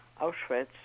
Auschwitz